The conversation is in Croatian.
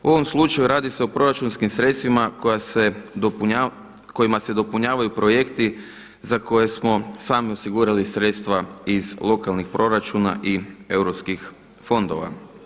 U ovom slučaju radi se o proračunskim sredstvima kojima se dopunjavaju projekti za koje smo sami osigurali sredstva iz lokalnih proračuna i europskih fondova.